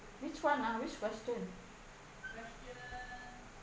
which one ah which question